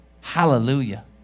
hallelujah